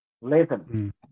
listen